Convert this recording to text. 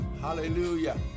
Hallelujah